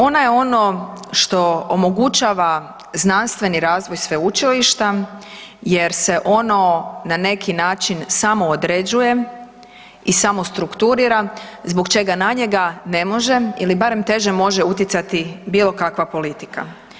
Ona je ono što omogućava znanstveni razvoj sveučilišta jer se ono na neki način samo određuje i samo strukturira zbog čega na njega ne može, ili barem teže može utjecati bilo kakva politika.